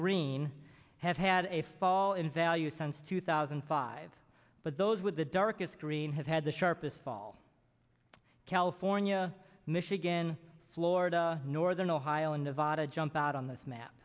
green have had a fall in value since two thousand and five but those with the darkest green have had the sharpest fall california michigan florida northern ohio and nevada jump out on this map